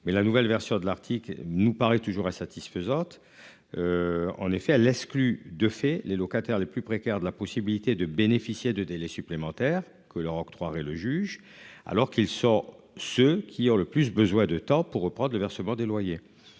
Mais la nouvelle version de l'Arctique nous paraît toujours satisfaisante. En effet, à l'exclu. De fait, les locataires les plus précaires de la possibilité de bénéficier de délais supplémentaires que leur octroierait le juge alors qu'ils sont ceux qui ont le plus besoin de temps pour reprendre le versement des loyers.